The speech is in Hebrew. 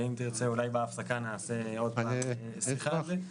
ואם תרצה אולי בהפסקה נעשה עוד פעם שיחה על זה,